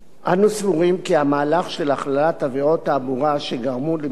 אנו סבורים שהמהלך של הכללת עבירות תעבורה שגרמו לפגיעה